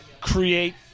create